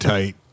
Tight